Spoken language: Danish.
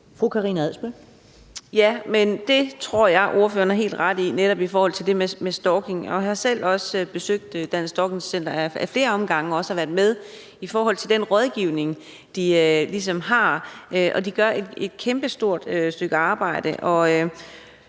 det tror jeg at ordføreren har helt ret i, netop i forhold til det med stalking. Jeg har selv besøgt Dansk Stalking Center ad flere omgange og har også været med til den rådgivning, de har, og de gør et kæmpestort stykke arbejde.